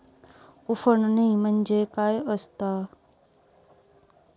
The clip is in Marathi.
उफणणी म्हणजे काय असतां?